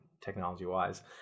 technology-wise